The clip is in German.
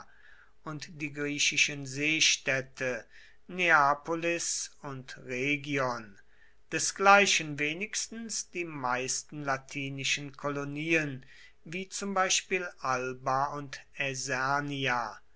und die griechischen seestädte neapolis und rhegion desgleichen wenigstens die meisten latinischen kolonien wie zum beispiel alba und